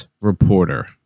reporter